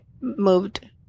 moved